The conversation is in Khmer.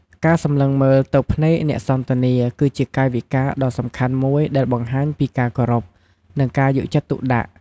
ការសម្លឹងមើលទៅភ្នែកអ្នកសន្ទនា គឺជាកាយវិការដ៏សំខាន់មួយដែលបង្ហាញពីការគោរព និងការយកចិត្តទុកដាក់។